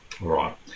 right